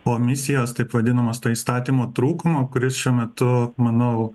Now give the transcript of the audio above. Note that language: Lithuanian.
omisijos taip vadinamos to įstatymo trūkumo kuris šiuo metu manau